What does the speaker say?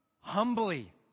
humbly